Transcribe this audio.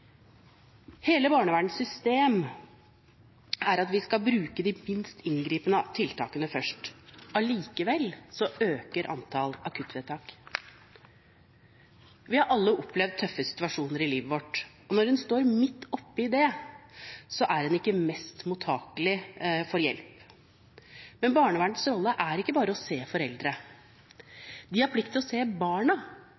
Hele barnevernets system er at vi skal ta i bruk de minst inngripende tiltakene først. Allikevel øker antallet akuttvedtak. Vi har alle opplevd tøffe situasjoner i livet. Når en står midt oppe i det, er en ikke mest mottakelig for hjelp. Men barnevernets rolle er ikke bare å se foreldre; de har plikt til å se barna,